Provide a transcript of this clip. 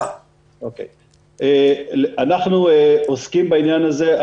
אנחנו עוסקים בעניין הזה.